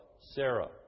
Sarah